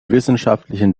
wissenschaftlichen